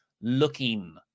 looking